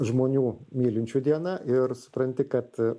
žmonių mylinčių diena ir supranti kad